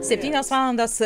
septynios valandos